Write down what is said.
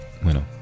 bueno